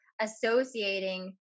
associating